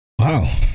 Wow